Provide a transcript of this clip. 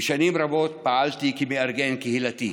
ושנים רבות פעלתי כמארגן קהילתי.